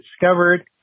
discovered